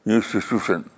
Institution